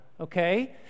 okay